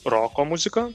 roko muziką